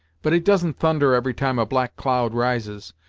but it doesn't thunder every time a black cloud rises,